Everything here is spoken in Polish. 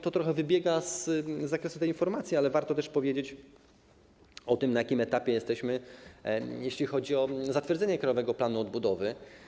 To trochę wybiega poza zakres tej informacji, ale warto też powiedzieć o tym, na jakim etapie jesteśmy, jeśli chodzi o zatwierdzenie Krajowego Planu Odbudowy.